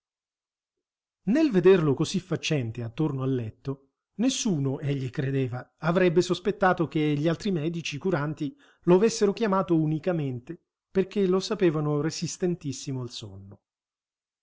nel vederlo così faccente attorno al letto nessuno egli credeva avrebbe sospettato che gli altri medici curanti lo avessero chiamato unicamente perché lo sapevano resistentissimo al sonno